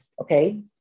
Okay